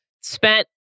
spent